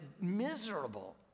miserable